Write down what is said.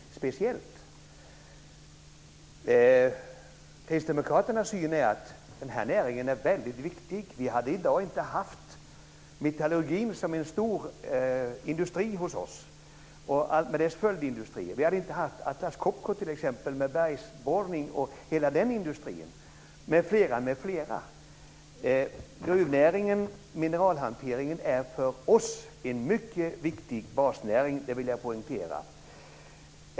Kristdemokraternas syn är att den här näringen är väldigt viktig. Om vi inte hade haft den här näringen hade vi i dag inte haft metallurgin med dess följdindustrier som en stor industri hos oss. Vi hade t.ex. inte haft Atlas Copco med bergsborrning och hela den industrin m.fl. Gruvnäringen och mineralhanteringen är för oss en mycket viktig basnäring, vill jag poängtera.